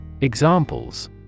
Examples